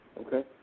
Okay